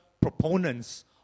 proponents